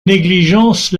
négligence